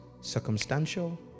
circumstantial